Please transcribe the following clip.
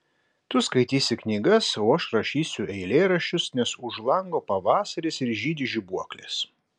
tu skaitysi knygas o aš rašysiu eilėraščius nes už lango pavasaris ir žydi žibuoklės